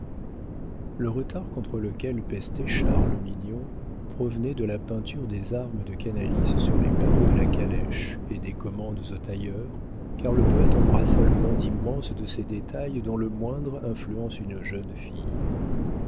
le retard contre lequel pestait charles mignon provenait de la peinture des armes de canalis sur les panneaux de la calèche et des commandes au tailleur car le poëte embrassa le monde immense de ces détails dont le moindre influence une jeune fille